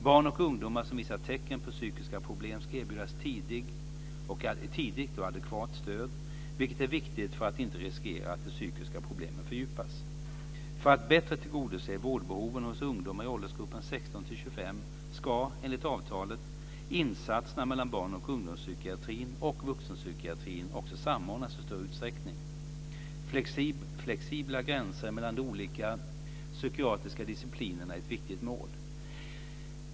Barn och ungdomar som visar tecken på psykiska problem ska erbjudas tidigt och adekvat stöd, vilket är viktigt för att inte riskera att de psykiska problemen fördjupas. För att bättre tillgodose vårdbehoven hos ungdomar i åldersgruppen 16-25 ska, enligt avtalet, insatserna mellan barn och ungdomspsykiatrin och vuxenpsykiatrin också samordnas i större utsträckning. Flexibla gränser mellan de olika psykiatriska disciplinerna är ett viktigt mål.